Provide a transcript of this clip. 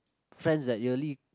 friends that yearly